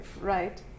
Right